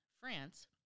France